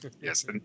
Yes